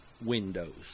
windows